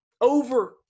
Over